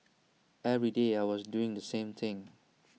every day I was doing the same thing